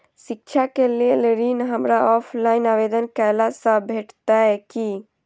शिक्षा केँ लेल ऋण, हमरा ऑफलाइन आवेदन कैला सँ भेटतय की?